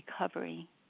recovery